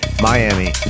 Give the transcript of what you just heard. Miami